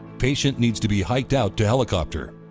patient needs to be hiked out to helicopter.